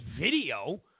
video